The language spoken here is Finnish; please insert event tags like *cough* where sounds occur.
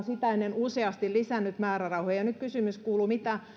*unintelligible* sitä ennen useasti lisännyt määrärahoja nyt kysymys kuuluu mitä